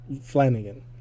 Flanagan